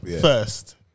first